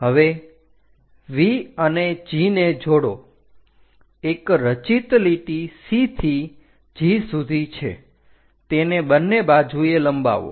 હવે V અને G ને જોડો એક રચિત લીટી C થી G સુધી છે તેને બંને બાજુએ લંબાવો